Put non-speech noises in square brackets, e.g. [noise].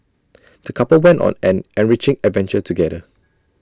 [noise] the couple went on an enriching adventure together